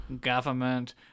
government